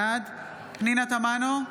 בעד פנינה תמנו,